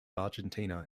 argentina